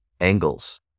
angles